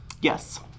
yes